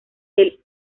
del